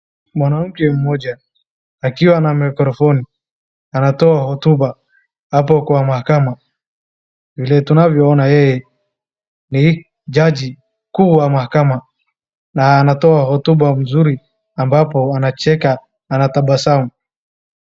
Mwanamke mmoja akiwa na mikrofoni anatoa hotuba hapo kwa mahakama. Vile tunavyoona yeye ni jaji kuu wa mahakama na anatoa hotuba mzuri ambapo anacheka. anatabasamu.